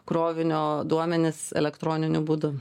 krovinio duomenis elektroniniu būdu